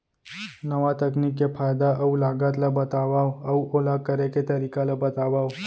नवा तकनीक के फायदा अऊ लागत ला बतावव अऊ ओला करे के तरीका ला बतावव?